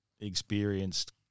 experienced